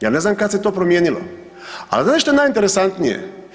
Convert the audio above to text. Ja ne znam kad se to promijenilo, ali znate što je najinteresantnije?